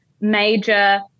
major